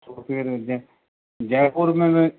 तो फिर जयपुर में मैं